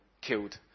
killed